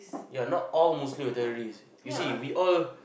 ya not all Muslim are terrorists you see we all